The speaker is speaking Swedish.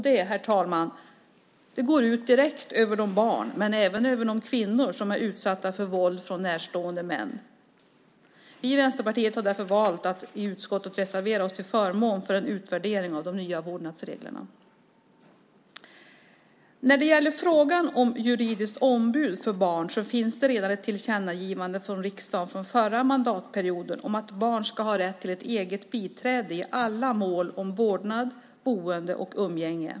Det, herr talman, går direkt ut över de barn och de kvinnor som är utsatta för våld från närstående män. Vi i Vänsterpartiet har därför valt att i utskottet reservera oss till förmån för en utvärdering av de nya vårdnadsreglerna. När det gäller frågan om juridiskt ombud för barn finns det redan från den förra mandatperioden ett tillkännagivande från riksdagen om att barn ska ha rätt till ett eget biträde i alla mål om vårdnad, boende och umgänge.